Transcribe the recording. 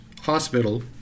Hospital